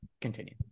Continue